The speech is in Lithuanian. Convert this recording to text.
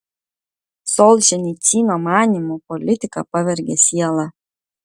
solženicyno manymu politika pavergia sielą